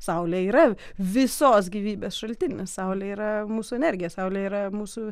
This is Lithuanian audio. saulė yra visos gyvybės šaltinis saulė yra mūsų energija saulė yra mūsų